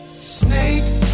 Snake